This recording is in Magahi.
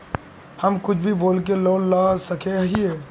हम कुछ भी बोल के लोन ला सके हिये?